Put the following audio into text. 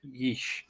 Yeesh